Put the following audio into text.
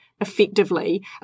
Effectively